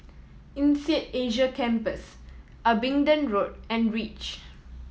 INSEAD Asia Campus Abingdon Road and Reach